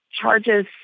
charges